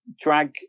drag